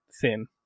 thin